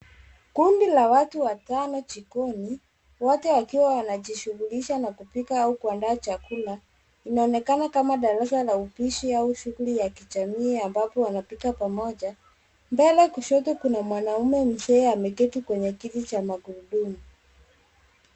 Kundi la watu watano jikoni, wote wakiwa wanajishughulisha na kupika au kuandaa chakula. Inaonekana kama darasa la upishi au shughuli ya kijamii ambapo wanapika pamoja. Mbele kushoto kuna mwanaume mzee ameketi kwenye kiti cha magurudumu.